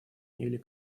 или